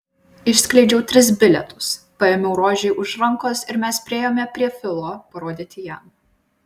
išskleidžiau tris bilietus paėmiau rožei už rankos ir mes priėjome prie filo parodyti jam